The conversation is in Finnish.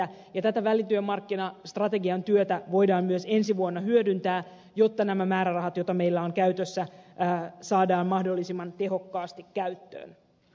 ja tätä välityömarkkinastrategian työtä voidaan myös ensi vuonna hyödyntää jotta nämä määrärahat joita meillä on saadaan mahdollisimman tehokkaasti käyttöön